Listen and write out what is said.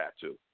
tattoo